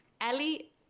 ellie